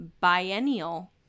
biennial